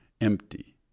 empty